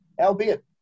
albeit